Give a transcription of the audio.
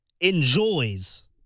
enjoys